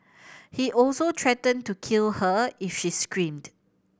he also threatened to kill her if she screamed